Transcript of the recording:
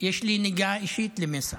יש לי נגיעה אישית למייסר.